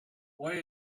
why